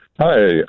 Hi